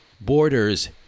borders